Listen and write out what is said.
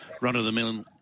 run-of-the-mill